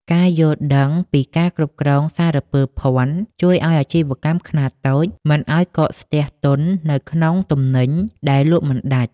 ការយល់ដឹងពី "ការគ្រប់គ្រងសារពើភ័ណ្ឌ" ជួយឱ្យអាជីវកម្មខ្នាតតូចមិនឱ្យកកស្ទះទុននៅក្នុងទំនិញដែលលក់មិនដាច់។